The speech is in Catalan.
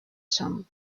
som